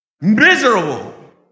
miserable